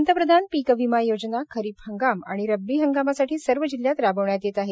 पंतप्रधान पीक विमा योजना खरीप हंगाम आणि रब्बी हंगामासाठी सर्व जिल्हयात राबविण्यात येत आहे